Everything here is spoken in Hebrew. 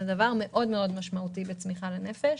זה דבר משמעותי מאוד בצמיחה בנפש